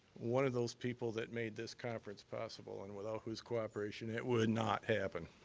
one of those people that made this conference possible and without whose cooperation it would not happen.